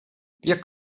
wir